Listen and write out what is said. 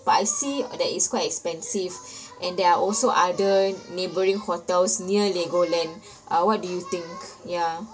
but I see uh that is quite expensive and there are also other neighbouring hotels near legoland uh what do you think ya